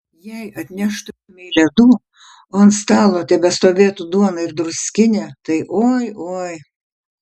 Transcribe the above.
jei atneštumei ledų o ant stalo tebestovėtų duona ir druskinė tai oi oi